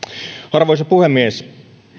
arvoisa puhemies